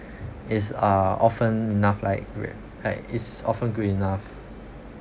is uh often enough like like is often good enough